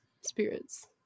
spirits